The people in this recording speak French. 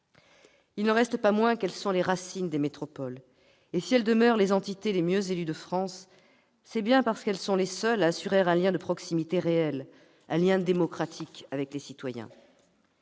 Il n'en reste pas moins que les communes sont les racines des métropoles. Si leurs exécutifs demeurent les mieux élus de France, c'est bien parce qu'elles sont seules à assurer un lien de proximité réel, un lien démocratique avec les citoyens.